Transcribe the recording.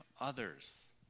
others